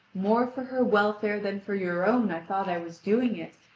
more for her welfare than for your own i thought i was doing it,